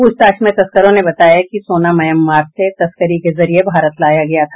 पूछताछ में तस्करों ने बताया कि सोना म्यांमार से तस्करी के जरिए भारत लाया गया था